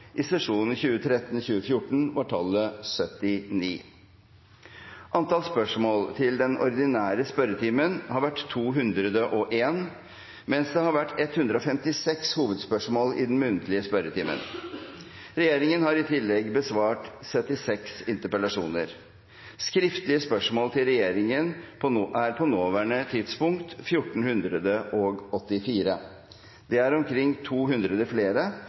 I sesjonen 2013–2014 var tallet 79. Antall spørsmål til den ordinære spørretimen har vært 201, mens det har vært 156 hovedspørsmål i den muntlige spørretimen. Regjeringen har i tillegg besvart 76 interpellasjoner. Skriftlige spørsmål til regjeringen er på nåværende tidspunkt 1 484. Det er omkring 200 flere